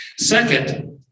Second